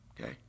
Okay